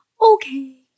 okay